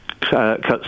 cuts